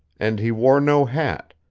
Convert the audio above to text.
and he wore no hat,